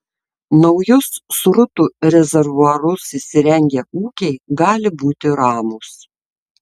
naujus srutų rezervuarus įsirengę ūkiai gali būti ramūs